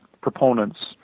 proponents